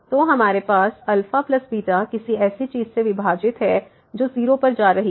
तो हमारे पास αβ किसी ऐसी चीज़ से विभाजित है जो 0 परजा रही है